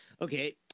okay